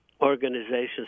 organizations